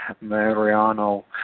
Mariano